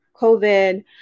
COVID